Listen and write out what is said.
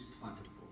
plentiful